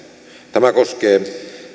tämä koskee